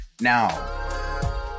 now